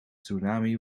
tsunami